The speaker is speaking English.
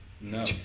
No